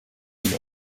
mille